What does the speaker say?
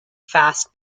fast